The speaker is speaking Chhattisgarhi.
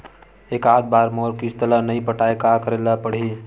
एकात बार मोर किस्त ला नई पटाय का करे ला पड़ही?